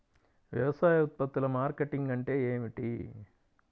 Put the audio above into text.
వ్యవసాయ ఉత్పత్తుల మార్కెటింగ్ అంటే ఏమిటి?